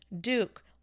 Duke